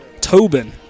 Tobin